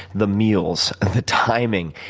the meals, the timing,